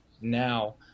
now